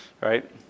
right